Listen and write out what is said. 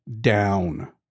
down